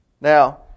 Now